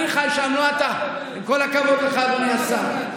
אני חי שם, לא אתה, עם כל הכבוד לך, אדוני השר.